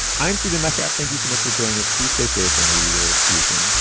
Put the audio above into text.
i'm stephen metcalf. thank you so much for joining us. please stay safe and we will see so